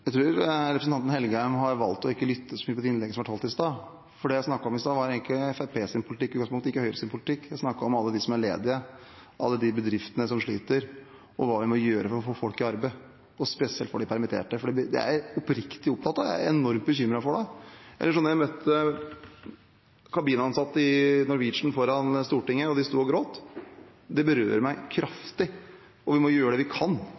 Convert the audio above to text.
Jeg tror representanten Engen-Helgheim har valgt ikke å lytte så mye til innlegget som ble holdt i sted. Det jeg snakket om i sted, var i utgangspunktet ikke Fremskrittspartiets eller Høyres politikk. Jeg snakket om alle dem som er ledige, alle bedriftene som sliter, og hva en må gjøre for få folk i arbeid – og spesielt for de permitterte. Det er jeg oppriktig opptatt av, jeg er enormt bekymret for det. Jeg møtte kabinansatte i Norwegian foran Stortinget, og de sto og gråt. Det berører meg kraftig, og vi må gjøre det vi kan